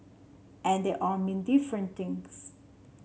and they all mean different things